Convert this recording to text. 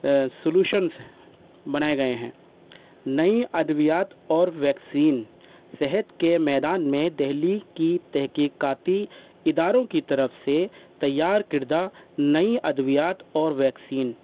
solutions بنائے گئے ہیں نئی ادویات اور ویکسین صحت کے میدان میں دہلی کی تحقیقاتی اداروں کی طرف سے تیار کردہ نئی ادویات اور ویکسین